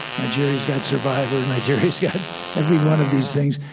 nigeria's got survivor. nigeria's got every one of these things,